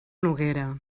noguera